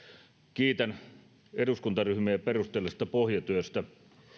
kiitän eduskuntaryhmiä perusteellisesta pohjatyöstä